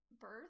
birth